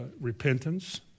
repentance